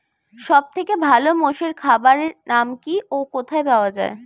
সব থেকে ভালো মোষের খাবার নাম কি ও কোথায় পাওয়া যায়?